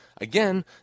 Again